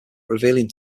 revealing